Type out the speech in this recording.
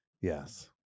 Yes